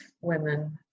women